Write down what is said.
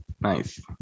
Nice